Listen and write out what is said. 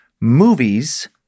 movies